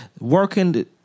working